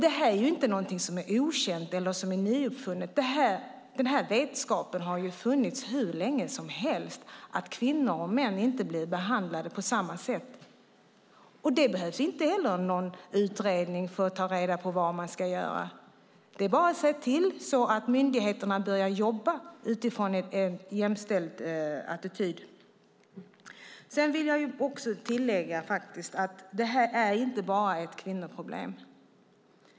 Det är inte någonting som är okänt eller nyuppfunnet. Den här vetskapen har funnits hur länge som helst. Kvinnor och män blir inte behandlade på samma sätt. Det behövs inte heller någon utredning för att ta reda på vad man ska göra. Det är bara att se till att myndigheterna börjar jobba utifrån en jämställd attityd. Jag vill också tillägga att detta inte bara är ett kvinnoproblem.